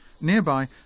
Nearby